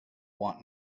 want